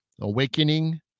Awakening